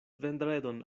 vendredon